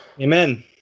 Amen